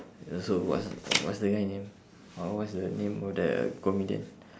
ya so what's what's the guy name or what's the name of the comedian